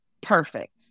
perfect